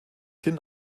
hin